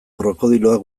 krokodiloak